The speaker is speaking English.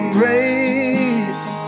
grace